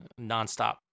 nonstop